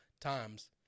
times